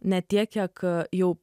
ne tiek kiek jau